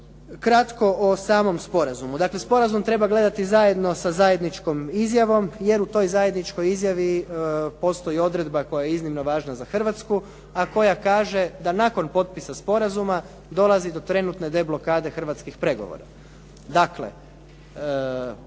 Kratko o samom sporazumu. Dakle, sporazum treba gledati zajedno sa zajedničkom izjavom, jer u toj zajedničkoj izjavi postoji odredba koja je iznimno važna za Hrvatsku, a koja kaže da nakon potpisa sporazuma dolazi do trenutke deblokade hrvatskih pregovora.